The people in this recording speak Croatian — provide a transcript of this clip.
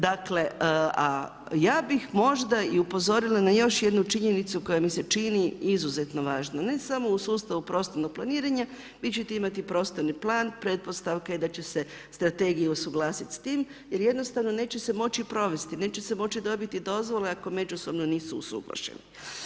Dakle, ja bih možda i upozorila na još jednu činjenicu koja mi se čini izuzetno važno, ne samo u sustavu prostornog planiranja, vi ćete imati prostorni plan, pretpostavka je da će se strategije usuglasiti s tim, jer jednostavno neće se moći provesti, neće se moći dobiti dozvola ako međusobno nisu usuglašeni.